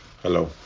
Hello